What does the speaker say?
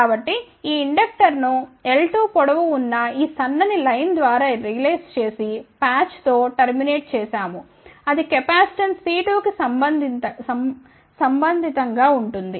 కాబట్టి ఈ ఇండక్టర్ ను l2 పొడవు ఉన్న ఈ సన్నని లైన్ ద్వారా డిజైన్ చేసి ప్యాచ్ తో టర్మినేట్ చేశాము అది కెపాసిటెన్స్ C2కి సంబంధితంగా ఉంటుంది